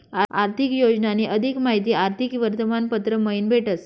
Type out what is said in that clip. आर्थिक योजनानी अधिक माहिती आर्थिक वर्तमानपत्र मयीन भेटस